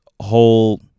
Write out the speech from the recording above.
whole